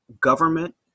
government